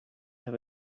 have